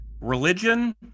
religion